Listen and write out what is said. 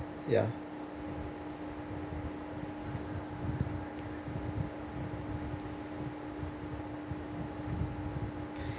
ya